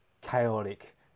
chaotic